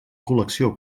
col·lecció